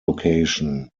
location